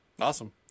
Awesome